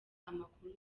amakuru